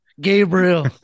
gabriel